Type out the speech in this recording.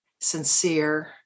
sincere